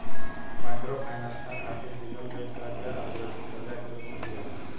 microfinance खातिर दिहल गईल कर्जा असुरक्षित कर्जा के रूप में दियाला